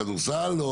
כדורסל,